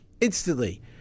instantly